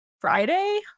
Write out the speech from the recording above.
Friday